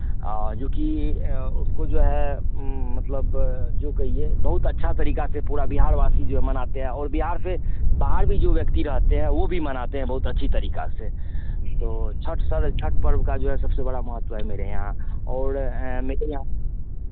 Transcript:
जोकि उसको जो है मतलब जो कहिए बहुत अच्छा तरीका से पूरा बिहारवासी जो है मनाते हैं और बिहार से बाहर भी जो व्यक्ति रहते हैं वो भी मनाते हैं बहुत अच्छी तरीका से तो छठ सर छठ पर्व का जो है सबसे बड़ा महत्व है मेरे यहाँ और मेरे यहाँ